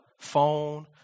phone